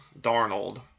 Darnold